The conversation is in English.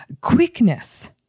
quickness